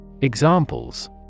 Examples